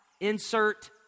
insert